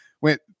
went